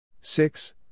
Six